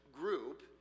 group